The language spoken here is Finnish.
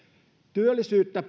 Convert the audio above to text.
työllisyyttä